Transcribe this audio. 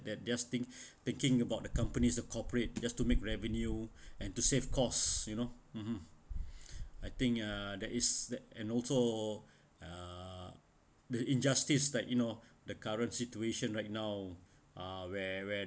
that they're just tink~ taking about the companies to cooperate just to make revenue and to save costs you know mmhmm I think uh that is that and also uh the injustice like you know the current situation right now uh where where